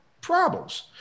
problems